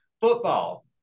Football